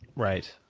right,